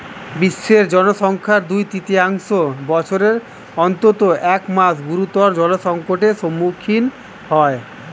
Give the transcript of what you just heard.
বিশ্বের জনসংখ্যার দুই তৃতীয়াংশ বছরের অন্তত এক মাস গুরুতর জলসংকটের সম্মুখীন হয়